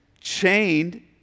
chained